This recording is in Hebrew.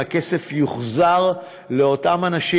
הכסף יוחזר לאותם אנשים